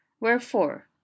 wherefore